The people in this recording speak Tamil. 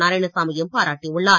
நாராயணசாமியும் பாராட்டியுள்ளார்